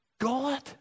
God